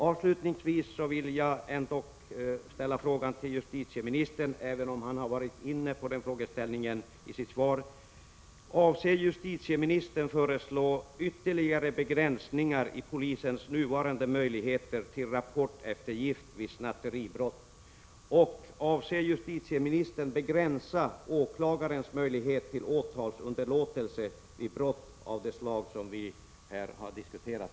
Avslutningsvis vill jag ändock fråga justitieministern, även om han var inne på frågeställningen i sitt svar: Avser justitieministern föreslå ytterligare begränsningar i polisens nuvarande möjligheter till rapporteftergift vid snatteribrott? Avser justitieministern att begränsa åklagarens möjlighet till åtalsunderlåtelse vid brott av det slag som här diskuteras.